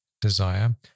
desire